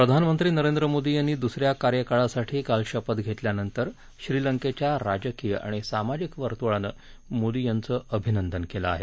प्रधानमंत्री नरेंद्र मोदी यांनी दुसऱ्या कार्यकाळासाठी काल शपथ घेतल्यानंतर श्रीलंकेच्या राजकीय आणि सामाजिक वर्तुळानं मोदीचं अभिनंदन केलं आहे